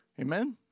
Amen